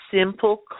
simple